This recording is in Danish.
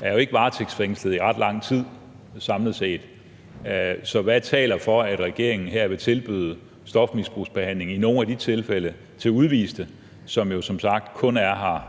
er jo ikke varetægtsfængslet i ret lang tid, samlet set. Så hvad taler for, at regeringen i nogle tilfælde her vil tilbyde stofmisbrugsbehandling til udviste, der jo som sagt kun er